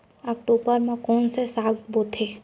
अक्टूबर मा कोन से साग बोथे?